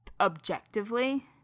objectively